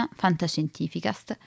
fantascientificast